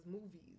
movies